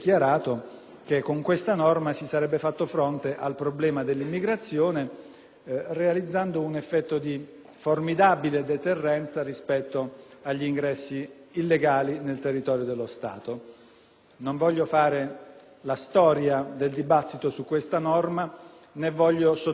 realizzando un effetto di formidabile deterrenza rispetto agli ingressi illegali nel territorio dello Stato. Non intendo fare la storia del dibattito su questa norma, né desidero sottolineare con eccessiva enfasi l'ingloriosa fine di quella norma